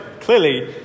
clearly